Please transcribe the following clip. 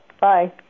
Bye